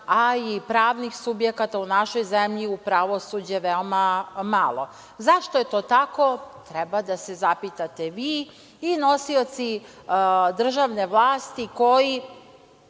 a i pravnih subjekata u našoj zemlji u pravosuđe veoma malo.Zašto je to tako, treba da se zapitate vi i nosioci državne vlasti koji